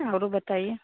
और बताइए